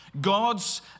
God's